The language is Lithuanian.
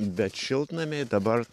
bet šiltnamiai dabar